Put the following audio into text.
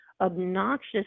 obnoxious